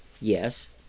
yes